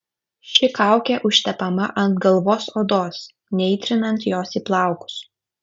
ši kaukė užtepama ant galvos odos neįtrinant jos į plaukus